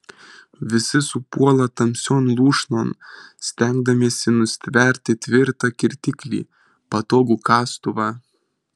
visi supuola tamsion lūšnon stengdamiesi nustverti tvirtą kirtiklį patogų kastuvą